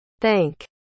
Thank